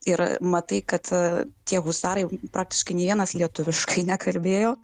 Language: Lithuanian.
ir matai kad tie husarai praktiškai nė vienas lietuviškai nekalbėjo